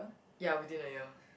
ya within a year